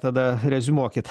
tada reziumuokit